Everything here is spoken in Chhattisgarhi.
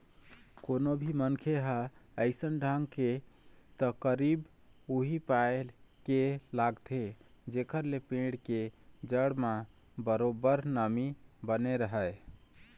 कोनो भी मनखे ह अइसन ढंग के तरकीब उही पाय के लगाथे जेखर ले पेड़ के जड़ म बरोबर नमी बने रहय